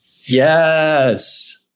yes